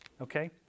okay